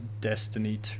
Destiny